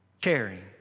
caring